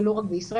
ולא רק בישראל,